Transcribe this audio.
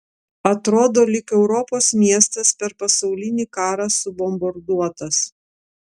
atrodo lyg europos miestas per pasaulinį karą subombarduotas